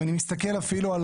אם אני מסתכל אפילו על